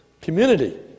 community